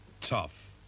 tough